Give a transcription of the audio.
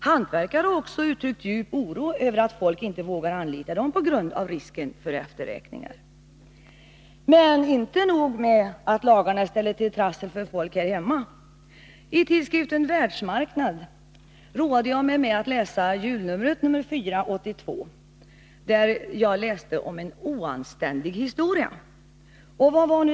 Hantverkare har också uttryckt djup oro över att folk inte vågar anlita dem på grund av risken för efterräkningar. Men det är inte nog med att lagarna ställer till trassel för folk här hemma. Jag har roat mig med att i tidskriften Världsmarknads julnummer, nr 4/1982, läsa ”en oanständig historia”.